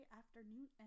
afternoon